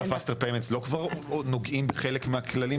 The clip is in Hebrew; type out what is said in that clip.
ה faster payment לא כבר נוגעים בחלק מהכללים האלה?